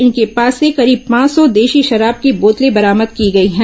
इनके पास से करीब पांच सौ देशी शराब की बोतलें बरामद की गई हैं